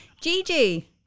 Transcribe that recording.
Gigi